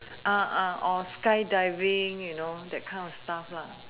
or skydiving you know that kind of stuff